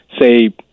say